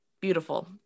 Beautiful